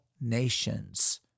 nations